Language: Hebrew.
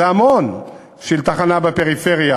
זה המון בשביל תחנה בפריפריה.